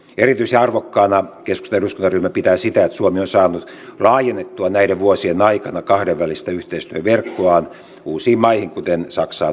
erityisen arvokkaana keskustan eduskuntaryhmä pitää sitä että suomi on saanut laajennettua näiden vuosien aikana kahdenvälistä yhteistyöverkkoaan uusiin maihin kuten saksaan hollantiin ja baltian maihin